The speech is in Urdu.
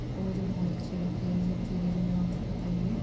وہ مجھے بہت اچھے لگتے ہیں یہ سب چیزیں جو میں نے آپ کو بتائی ہیں